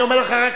אני אומר לך רק,